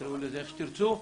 תקראו לזה איך שתרצו,